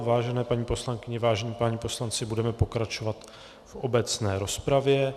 Vážené paní poslankyně, vážení páni poslanci, budeme pokračovat v obecné rozpravě.